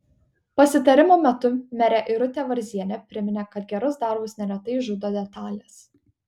pasitarimo metu merė irutė varzienė priminė kad gerus darbus neretai žudo detalės